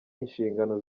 inshingano